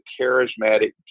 charismatic